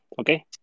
Okay